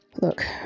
look